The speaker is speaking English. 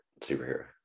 superhero